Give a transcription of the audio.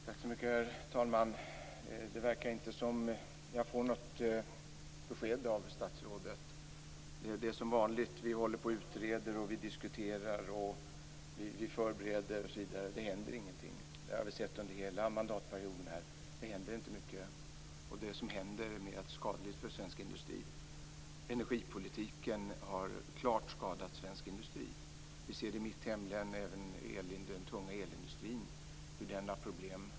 Herr talman! Det verkar inte som att jag får något besked av statsrådet. Som vanligt håller vi på och utreder, diskuterar och förbereder, men ingenting händer. Det har vi sett under hela mandatperioden. Det händer inte mycket, och det som händer är mer skadligt för svensk industri. Energipolitiken har klart skadat svensk industri. Vi ser i mitt hemlän hur även den tunga elindustrin har problem.